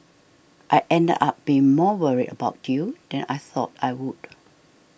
I ended up being more worried about you than I thought I would